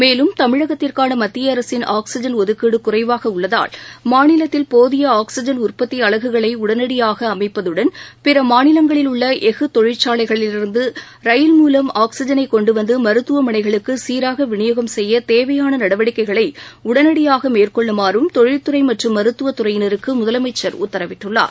மேலும் தமிழகத்திற்கானமத்தியஅரசின் ஆக்ஸிஜன் ஒதுக்கீடுகுறைவாகஉள்ளதால் மாநிலத்தில் போதிய ஆக்ஸிஜன் பிறமாநிலங்களில் உள்ளள்ஃகுதொழிற்சாலைகளிலிருந்தரயில் மூலம் ஆக்ஸிஜனைகொண்டுவந்துமருத்துவமனைகளுக்குசீராகவிநியோகம் செய்யதேவையானநடவடிக்கைகளைஉடனடியாகமேற்கொள்ளுமாறும் தொழில் துறைமற்றம் மருத்துவத்துறையினருக்குழுதலமைச்சர் உத்தரவிட்டுள்ளார்